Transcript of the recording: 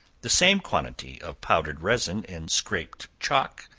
the same quantity of powdered resin and scraped chalk,